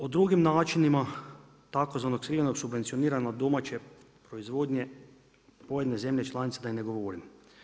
O drugim načinim tzv. skrivene subvencionirane domaće proizvodnje pojedine zemlje članice da i ne govorim.